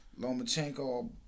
Lomachenko